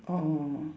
orh